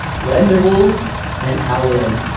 ridin' their wolves and howlin'!